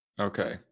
Okay